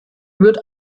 wird